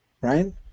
Right